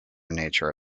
nature